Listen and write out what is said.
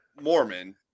Mormon